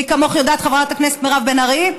מי כמוך יודעת, חברת הכנסת מירב בן ארי,